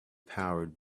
powered